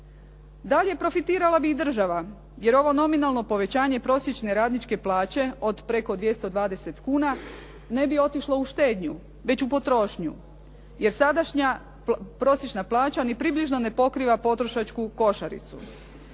Dalje, profitirala bi i država jer ovo nominalno povećanje prosječne radničke plaće od preko 220 kuna, ne bi otišlo u štednju, već u potrošnju jer sadašnja prosječna plaća ni približno ne pokriva potrošačku košaricu.